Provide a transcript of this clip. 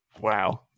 wow